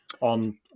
On